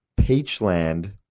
Peachland